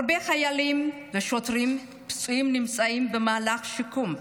הרבה חיילים ושוטרים פצועים נמצאים במהלך שיקום.